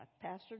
Pastor